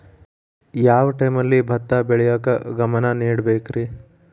ಯಾವ್ ಟೈಮಲ್ಲಿ ಭತ್ತ ಬೆಳಿಯಾಕ ಗಮನ ನೇಡಬೇಕ್ರೇ?